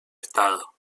estado